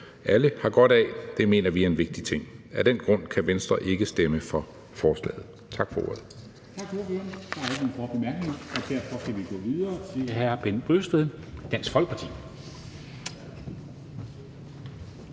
alle har godt af. Det mener vi er en vigtig ting. Af den grund kan Venstre ikke stemme for forslaget. Tak for ordet.